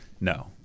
No